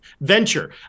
venture